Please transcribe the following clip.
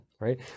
right